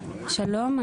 שלום.